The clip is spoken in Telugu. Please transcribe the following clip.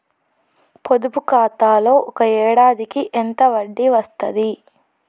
పొదుపు ఖాతాలో ఒక ఏడాదికి ఎంత వడ్డీ వస్తది?